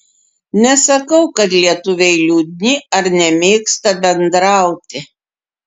nesakau kad lietuviai liūdni ar nemėgsta bendrauti